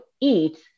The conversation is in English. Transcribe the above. eat